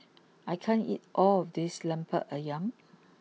I can't eat all of this Lemper Ayam